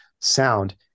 sound